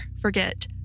forget